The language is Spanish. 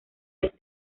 del